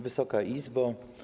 Wysoka Izbo!